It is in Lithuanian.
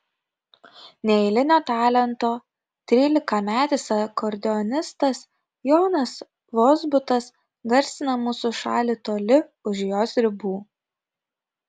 neeilinio talento trylikametis akordeonistas jonas vozbutas garsina mūsų šalį toli už jos ribų